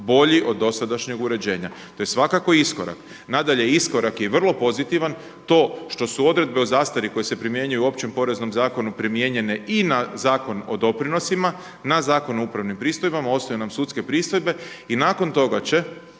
bolji od dosadašnjeg uređenja. To je svakako iskorak. Nadalje, iskorak je vrlo pozitivan to što su odredbe o zastari koje se primjenjuju u Općem poreznom zakonu primijenjene i na Zakon o doprinosima, na Zakon o upravnim pristojbama, ostaju nam sudske pristojbe, i nakon toga će